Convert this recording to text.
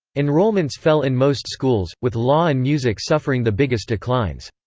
enrollments fell in most schools, with law and music suffering the biggest declines.